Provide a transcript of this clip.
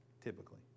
typically